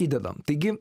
įdedame taigi